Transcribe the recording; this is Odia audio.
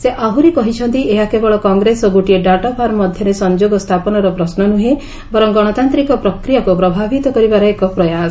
ସେ ଆହୁରି କହିଛନ୍ତି ଏହା କେବଳ କଂଗ୍ରେସ ଓ ଗୋଟିଏ ଡାଟା ଫାର୍ମ ମଧ୍ୟରେ ସଂଯୋଗ ସ୍ଥାପନର ପ୍ରଶ୍ନ ନୁହେଁ ବରଂ ଗଣତାନ୍ତିକ ପ୍ରକ୍ରିୟାକୁ ପ୍ରଭାବିତ କରିବାର ଏକ ପ୍ରୟାସ